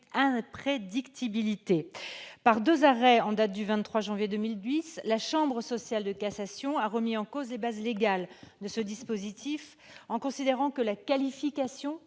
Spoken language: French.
imprédictibilité. Par deux arrêts en date du 23 janvier 2008, la chambre sociale de la Cour de cassation a remis en cause les bases légales de ce dispositif, en considérant que la qualification